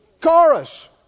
chorus